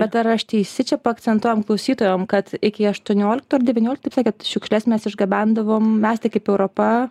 bet ar aš teisi čia paakcentuojam klausytojam kad iki aštuonioliktų ar devynioliktų taip sakėt šiukšles mes išgabendavom mes tai kaip europa